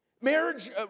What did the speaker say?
Marriage